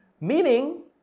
Meaning